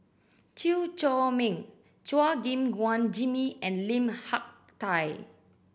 Chew Chor Meng Chua Gim Guan Jimmy and Lim Hak Tai